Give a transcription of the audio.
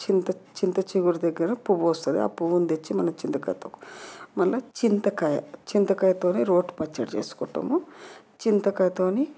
చింత చింతచిగురు దగ్గర పువ్వు వస్తుంది ఆ పువ్వుని తెచ్చి మనం చింతకాయ తొక్కు మళ్ళా చింతకాయ చింతకాయ తోనే రోటి పచ్చడి చేసుకుంటాము చింతకాయతోని